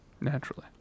Naturally